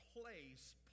place